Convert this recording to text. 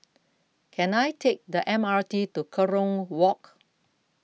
can I take the M R T to Kerong Walk